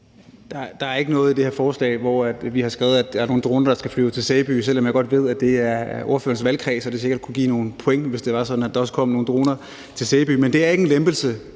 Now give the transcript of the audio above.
Der er ikke noget sted i det her forslag, hvor vi har skrevet, at der er nogle droner, der skal flyve til Sæby, selv om jeg godt ved, at det er ordførerens valgkreds, og at det sikkert også kunne give nogle point, hvis det var sådan, at der kom nogle droner til Sæby. Det er ikke en lempelse